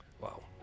Wow